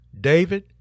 David